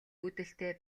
үүдэлтэй